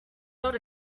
not